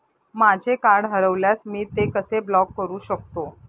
माझे कार्ड हरवल्यास मी ते कसे ब्लॉक करु शकतो?